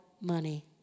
money